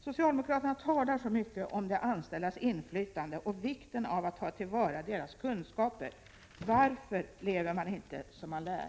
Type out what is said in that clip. Socialdemokraterna talar så mycket om de anställdas inflytande och vikten av att ta till vara deras kunskaper. Varför lever man inte som man lär?